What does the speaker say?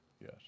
Yes